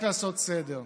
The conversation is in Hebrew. רק לעשות סדר בדברים,